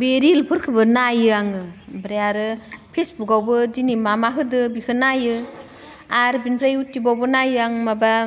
बे रिलफोरखोबो नायो आङो ओमफ्राय आरो फेसबुकआवबो दिनै मा मा होदों बेखो नायो आरो बेनिफ्राय इउटुबावबो नायो आं माबा